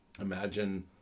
imagine